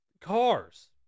Cars